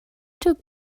took